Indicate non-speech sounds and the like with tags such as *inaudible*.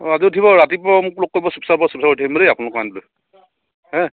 অঁ উঠিব ৰাতিপুৱা মোক লগ কৰিব ছিবসাগৰ *unintelligible*